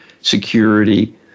security